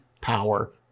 power